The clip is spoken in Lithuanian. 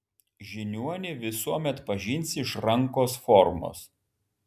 žiniuonį visuomet pažinsi iš rankos formos